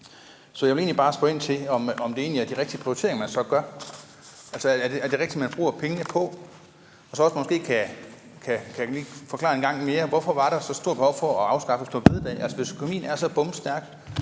Så jeg vil egentlig bare spørge ind til, om det egentlig er de rigtige prioriteringer, man så laver. Altså, er det det rigtige, man bruger pengene på? Og så kan man måske lige forklare det en gang mere: Hvorfor var der så stort behov for at afskaffe store bededag? Hvis økonomien er så bomstærk